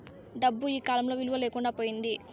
డబ్బు ఈకాలంలో విలువ లేకుండా పోయింది